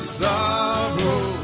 sorrow